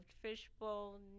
fishbowl